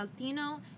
Altino